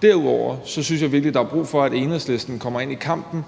det. Derudover synes jeg virkelig, der er brug for, at Enhedslisten kommer ind i kampen,